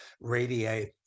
radiate